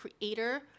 creator